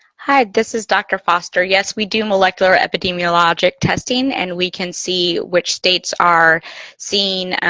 hi, this is dr. foster. yes, we do molecular epidemiologic testing and we can see which states are seeing